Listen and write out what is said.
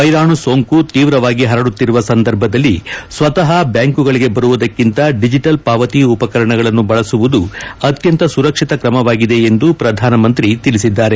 ವ್ಲೆರಾಣು ಸೋಂಕು ತೀವ್ರವಾಗಿ ಪರಡುತ್ತಿರುವ ಸಂದರ್ಭದಲ್ಲಿ ಸ್ತತಃ ಬ್ಲಾಂಕುಗಳಗೆ ಬರುವುದಕ್ಕಿಂತ ಡಿಜೆಟಲ್ ಪಾವತಿ ಉಪಕರಣಗಳನ್ನು ಬಳಸುವುದು ಅತ್ಯಂತ ಸುರಕ್ಷಿತ ಕ್ರಮವಾಗಿದೆ ಎಂದು ಪ್ರಧಾನಮಂತ್ರಿ ತಿಳಿಸಿದ್ದಾರೆ